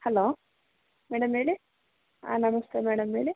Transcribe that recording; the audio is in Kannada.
ಹಲೋ ಮೇಡಮ್ ಹೇಳಿ ಹಾಂ ನಮಸ್ತೆ ಮೇಡಮ್ ಹೇಳಿ